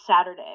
saturday